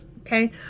Okay